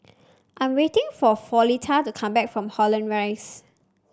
I'm waiting for Floretta to come back from Holland Rise